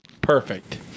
Perfect